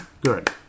Good